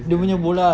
dia punya bola